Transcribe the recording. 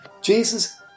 Jesus